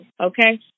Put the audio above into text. okay